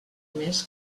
més